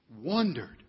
wondered